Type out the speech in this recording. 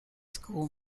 school